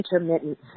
intermittent